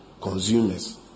consumers